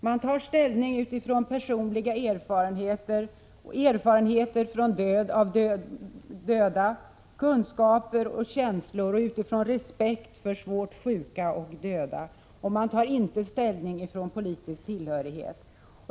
Man tar ställning utifrån personliga erfarenheter, erfarenheter av dödsfall, kunskaper och känslor och utifrån respekt för svårt sjuka och döda. Man tar inte ställning utifrån politisk tillhörighet.